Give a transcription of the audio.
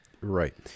Right